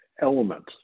elements